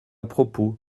propos